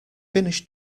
finished